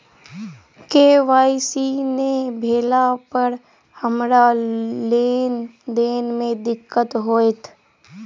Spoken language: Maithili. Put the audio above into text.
के.वाई.सी नै भेला पर हमरा लेन देन मे दिक्कत होइत?